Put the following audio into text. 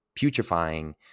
putrefying